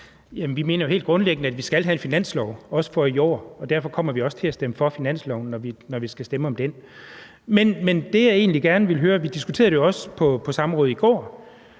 vi mener jo helt grundlæggende, at vi skal have en finanslov – også for i år – og derfor kommer vi også til at stemme for finanslovsforslaget, når vi skal stemme om det. Men det, jeg egentlig gerne ville høre om, og vi diskuterede det jo også på samrådet i går,